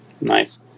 Nice